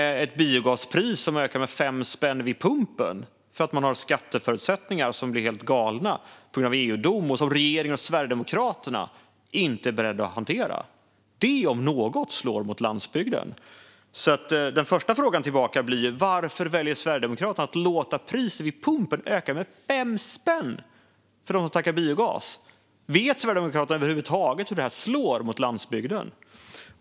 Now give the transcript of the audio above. Att ha ett biogaspris som ökar med 5 spänn vid pumpen på grund av skatteförutsättningar som blir helt galna på grund av EU-dom och som regeringen och Sverigedemokraterna inte är beredda att hantera - det om något slår mot landsbygden. Den första frågan tillbaka blir: Varför väljer Sverigedemokraterna att låta priset vid pumpen öka med 5 spänn för dem som tankar biogas? Vet Sverigedemokraterna över huvud taget hur detta slår mot landsbygden?